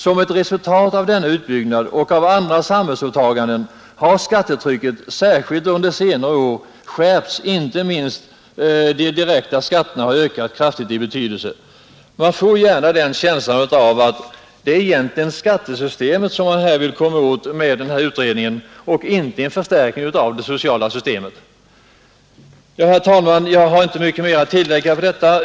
Som ett resultat av denna utbyggnad och av andra samhällsåtaganden har skattetrycket, skatterna har ökat kraftigt i betydelsi rskilt under senare år, skärpts. Inte minst de indirekta ” Man får lätt en känsla av att det egentligen är skattesystemet som reservanterna vill komma åt med utredningen och inte en förstärkning av det sociala systemet. Jag har inte mycket mer att tillägga.